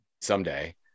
someday